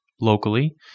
locally